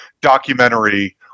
documentary